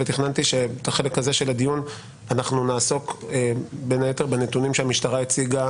ותכננתי שבחלק הזה של הדיון אנחנו נעסוק בין היתר בנתונים שהמשטרה הציגה